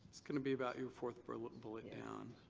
it's going to be about your fourth bullet bullet down.